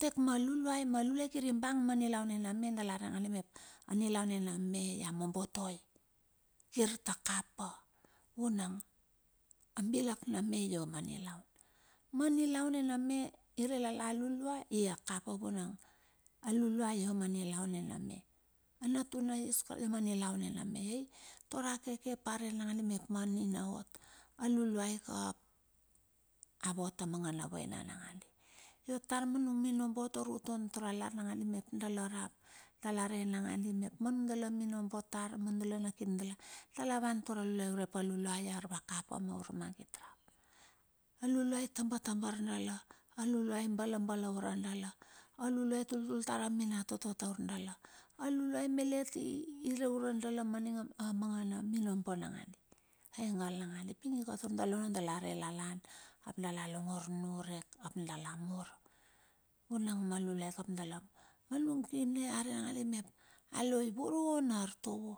Dek ma luluai ma luluai kir i bang ma nilaun nena me dala ran mep anilaun nana me ia bobotoi, kir ta kapa, vunang a bilak na me ia ma niluan. Ma niliuan nena me, ire lela a luluai, i ia kapa vunang, a luluai ia ma nilaun nina me. A natuna iesu karisto ia ma nilaun nina me. Ai taur akeke ap arei nangandi mep maninaot, a luluai na ka, a vot a mangana vaina nagadi. Ot tar ma nung minobo taur tua tar a lar nagadi map da rap, dala re nangadi mep ma nudala minobo tar mu nudala na kina dala dala wan taur a luliuai, urep aluluai i arvakapa ma armagit rap. A luluai tabtabar dala, aluluai i balabalure dala, a luluai a tultul tar a minatoto taur dala. A luluai malet i ireure dala ma mangana minobo nangandi, ai nangadi pi ka taur dala ono dala re lelan, ap dala longor niurek, ap dala mur vunang. A luluai ka ap dala, ma nung kine a rena ngandi mepa lo i voro na artovo.